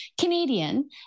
Canadian